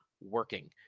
working